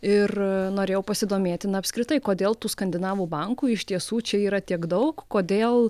ir norėjau pasidomėti na apskritai kodėl tų skandinavų bankų iš tiesų čia yra tiek daug kodėl